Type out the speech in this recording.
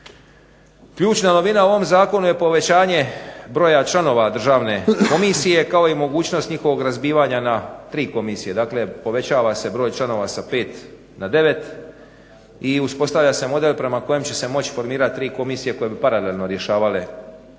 Ključna novina u ovom zakonu je povećanje broja članova Državne komisije, kao i mogućnost njihovog razbivanja na tri komisije, dakle povećava se broj članova sa 5 na 9 i uspostavlja se model prema kojem će se moći formirati tri komisije koje bi paralelno rješavale